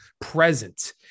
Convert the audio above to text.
present